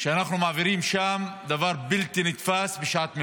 שאנחנו מעבירים שם, זה דבר בלתי נתפס בשעת מלחמה.